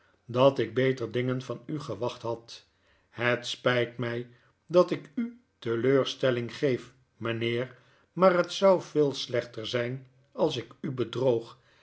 dat ik beter dingen van u gewachthad het spijt mg dat ik u teleurstelling geef mynheer maar het zou veel slechter zgn als ik u bedroog